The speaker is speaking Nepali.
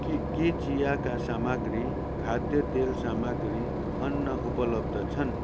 के के चियाका सामग्री खाद्य तेल सामग्री अन्न उपलब्ध छन्